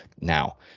Now